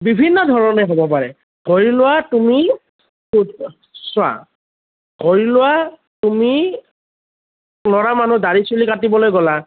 বিভিন্ন ধৰণে হ'ব পাৰে ধৰি লোৱা তুমি ক'ত চোৱা ধৰি লোৱা তুমি ল'ৰা মানুহ দাঢ়ি চুলি কাটিবলৈ গ'লা